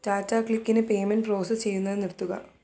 ടാറ്റാ ക്ലിക്കിന് payment process ചെയ്യുന്നത് നിർത്തുക